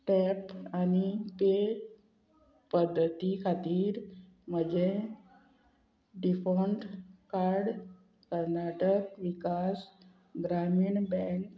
tap आनी pay पद्दती खातीर म्हजें default card Karnataka Vikas Grameen bank